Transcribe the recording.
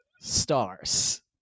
stars